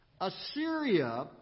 Assyria